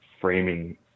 framing